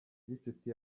gicuti